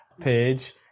page